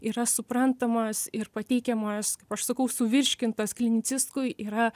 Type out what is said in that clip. yra suprantamas ir pateikiamas kaip aš sakau suvirškintas kliniciskui yra